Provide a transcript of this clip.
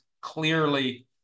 clearly